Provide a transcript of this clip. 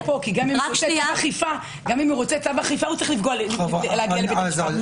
גם אם הוא רוצה צו אכיפה, צריך להגיע לבית משפט.